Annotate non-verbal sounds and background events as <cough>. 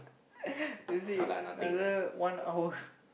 <laughs> you see rather one hour